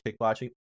kickboxing